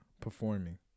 performing